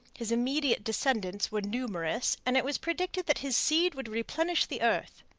his immediate descendants were numerous, and it was predicted that his seed would replenish the earth.